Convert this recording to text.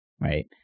right